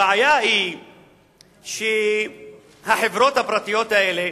הבעיה היא שהחברות הפרטיות האלה